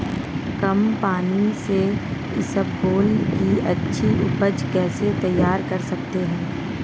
कम पानी से इसबगोल की अच्छी ऊपज कैसे तैयार कर सकते हैं?